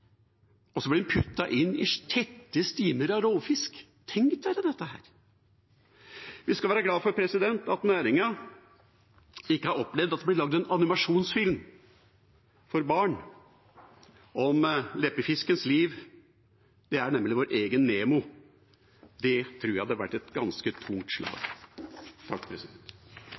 inn i tette stimer av rovfisk – tenk dere det! Vi skal være glad for at næringen ikke har opplevd at det blir lagd en animasjonsfilm for barn om leppefiskens liv. Det er nemlig vår egen Nemo. Det tror jeg hadde vært et ganske tungt slag.